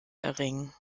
erringen